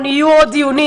יהיו עוד דיונים.